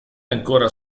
ancora